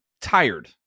tired